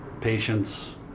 patients